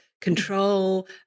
control